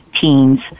teens